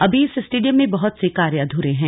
अभी इस स्टेडियम में बहुत से कार्य अध्रे हैं